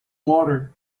water